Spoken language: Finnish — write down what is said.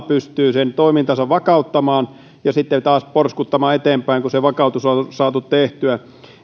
pystyy sen toimintansa vakauttamaan ja sitten taas porskuttamaan eteenpäin kun se vakautus on on saatu tehtyä